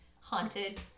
haunted